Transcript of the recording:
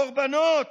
קורבנות